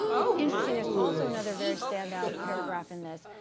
it's interesting, there's also another very stand out paragraph in this,